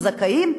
או זכאים,